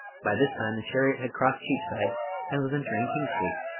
by this time the chariot had crossed cheapside and was entering king street.